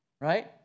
right